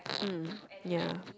mm ya